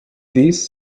these